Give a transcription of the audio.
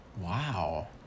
Wow